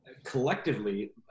Collectively